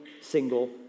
single